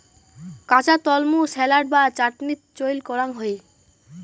কাঁচা তলমু স্যালাড বা চাটনিত চইল করাং হই